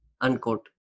unquote